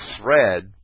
thread